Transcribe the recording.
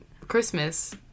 Christmas